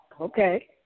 Okay